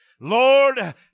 Lord